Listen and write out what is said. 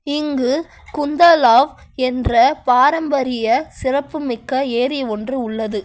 இங்கு குந்தோலாவ் என்ற பாரம்பரிய சிறப்புமிக்க ஏரி ஒன்று உள்ளது